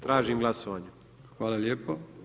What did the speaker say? Tražite glasovanje? [[Upadica Grmoja: Tražim glasovanje.]] Hvala lijepo.